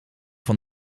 van